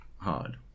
hard